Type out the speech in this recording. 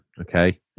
okay